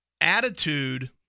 attitude